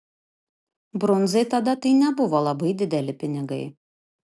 brundzai tada tai nebuvo labai dideli pinigai